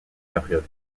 période